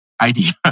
idea